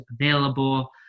available